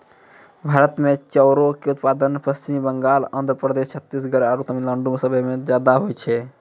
भारत मे चाउरो के उत्पादन पश्चिम बंगाल, आंध्र प्रदेश, छत्तीसगढ़ आरु तमिलनाडु मे सभे से ज्यादा होय छै